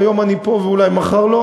והיום אני פה ואולי מחר לא,